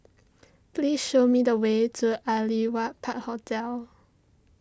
please show me the way to Aliwal Park Hotel